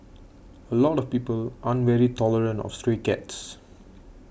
a lot of people aren't very tolerant of stray cats